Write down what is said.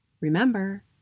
Remember